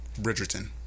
Bridgerton